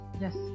Yes